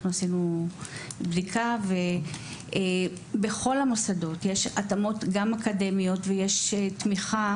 עשינו בדיקה ובכל המוסדות יש התאמות אקדמיות ויש תמיכה